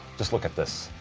just look at this,